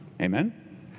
Amen